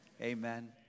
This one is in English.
Amen